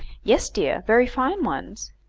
yes, dear very fine ones.